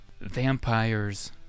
Vampires